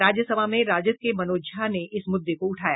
राज्य सभा में राजद के मनोज झा ने इस मुद्दे को उठाया